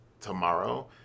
tomorrow